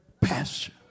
pastor